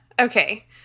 okay